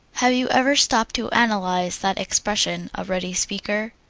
have you ever stopped to analyze that expression, a ready speaker?